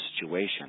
situation